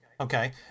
Okay